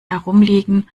herumliegen